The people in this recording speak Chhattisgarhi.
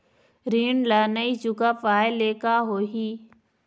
ऋण ला नई चुका पाय ले का होही?